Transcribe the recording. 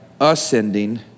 ascending